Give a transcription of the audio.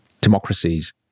Democracies